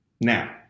Now